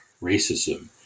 racism